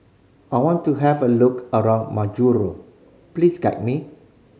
I want to have a look around Majuro please guide me